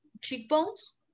cheekbones